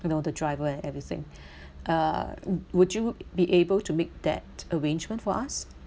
you know the driver and everything uh would you be able to make that arrangement for us